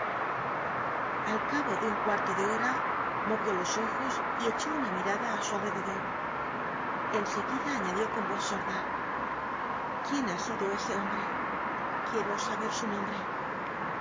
al cabo de un cuarl o de hora movió los ojos y echó una mirada en su alrededor en seguida alíaclió con voz sorda quién ha sido ese hombre quiero saber su nombre